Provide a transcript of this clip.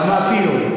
למה אפילו?